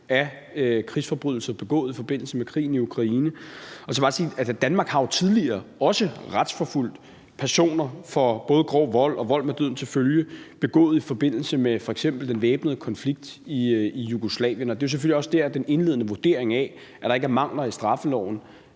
af krigsforbrydelser begået i forbindelse med krigen i Ukraine. Og så vil jeg bare sige, at Danmark jo også tidligere har retsforfulgt personer for både grov vold og vold med døden til følge begået i forbindelse med f.eks. den væbnede konflikt i Jugoslavien. Det er selvfølgelig også der, den indledende vurdering af, at der ikke er mangler i straffeloven,